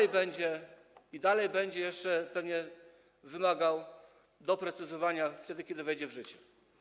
I dalej będzie jeszcze pewnie wymagał doprecyzowania, wtedy kiedy wejdzie w życie.